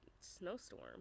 snowstorm